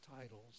titles